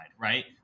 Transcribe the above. right